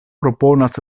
proponas